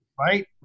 Right